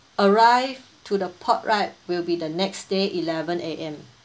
arrive to the port right will be the next day eleven A_M